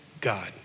God